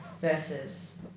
versus